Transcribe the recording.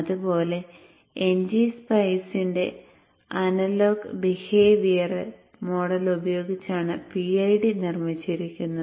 അതുപോലെ ngSpice ന്റെ analog behavioural model ഉപയോഗിച്ചാണ് PID നിർമ്മിച്ചിരിക്കുന്നത്